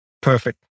Perfect